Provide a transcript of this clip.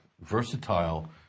versatile